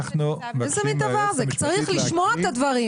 אנחנו מבקשים מהיועצת המשפטית להקריא.